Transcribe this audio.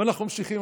ואנחנו ממשיכים.